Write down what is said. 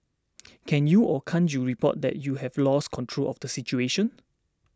can you or can't you report that you've lost control of the situation